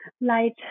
light